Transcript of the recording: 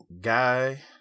Guy